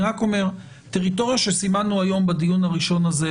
אני רק אומר שהטריטוריה שסימנו היום בדיון הראשון הזה,